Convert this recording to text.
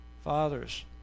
fathers